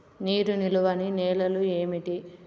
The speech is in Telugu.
నీరు నిలువని నేలలు ఏమిటి?